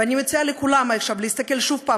ואני מציעה לכולם עכשיו להסתכל שוב פעם